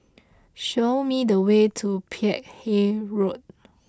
show me the way to Peck Hay Road